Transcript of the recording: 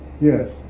Yes